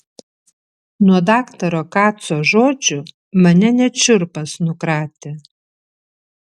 nuo daktaro kaco žodžių mane net šiurpas nukratė